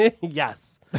Yes